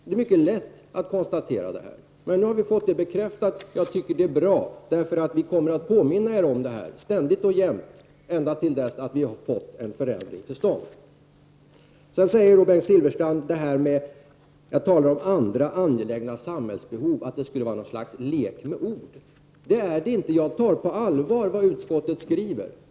Men nu har vi fått bekräftat att det kommer att göras ändringar, och jag tycker att det är bra. Vi kommer att påminna om det här, ständigt och jämt, ända till dess att vi har fått förändringar till stånd. Sedan säger Bengt Silfverstrand att det jag har sagt om andra angelägna samhällsbehov skulle vara en lek med ord. Det är det inte, för jag tar på allvar vad utskottet skriver.